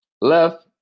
Left